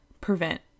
prevent